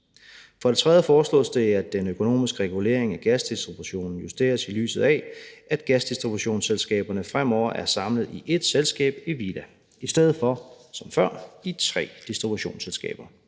For det tredje foreslås det, at den økonomiske regulering af gasdistributionen justeres, i lyset af at gasdistributionsselskaberne fremover er samlet i ét selskab, Evida, i stedet for som før i tre distributionsselskaber.